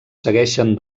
segueixen